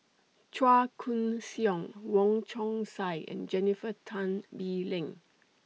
Chua Koon Siong Wong Chong Sai and Jennifer Tan Bee Leng